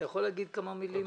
אתה יכול להגיד כמה מילים